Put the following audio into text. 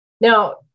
Now